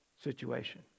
situation